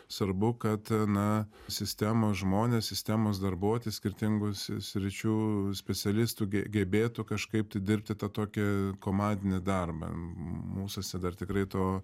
svarbu kad na sistemos žmones sistemos darbuotojus skirtingus sričių specialistų ge gebėtų kažkaip tai dirbti tą tokį komandinį darbą mūsuose dar tikrai to